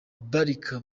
barca